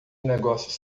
negócios